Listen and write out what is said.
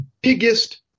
biggest